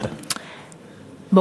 היערכות לקראת רעידות האדמה בישראל.